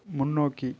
முன்னோக்கி